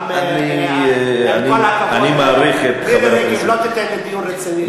עם כל הכבוד, מירי רגב לא תיתן דיון רציני.